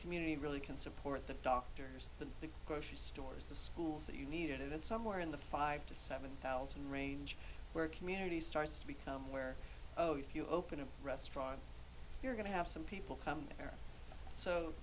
community really can support the doctors the grocery stores the schools that you need it is somewhere in the five to seven thousand range where community starts to become where if you open a restaurant you're going to have some people come